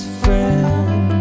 friend